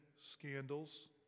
scandals